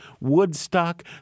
Woodstock